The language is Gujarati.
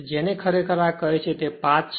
જેને ખરેખર આ કહે છે તે પાથ છે